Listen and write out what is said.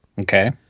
okay